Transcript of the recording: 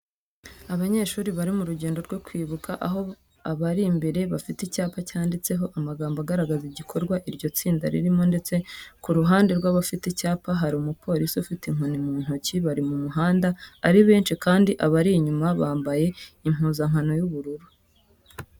Abanyeshuri bari mu rugendo rwo kwibuka, aho abari imbere bafite icyapa cyanditseho amagambo agaragaza igikorwa iryo tsinda ririmo ndetse ku ruhande rw'abafite icyapa hari umupolisi ufite inkoni mu ntoki. Bari mu muhanda ari benshi kandi abari inyuma bambaye impuzankano y'ubururu.